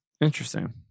Interesting